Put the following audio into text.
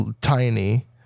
tiny